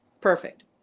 Perfect